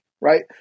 Right